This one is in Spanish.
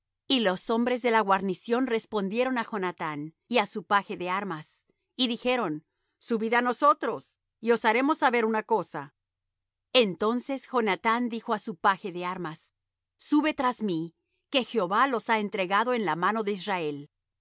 y los hombres de la guarnición respondieron á jonathán y á su paje de armas y dijeron subid á nosotros y os haremos saber una cosa entonces jonathán dijo á su paje de armas sube tras mí que jehová los ha entregado en la mano de israel